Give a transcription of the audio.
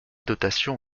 dotation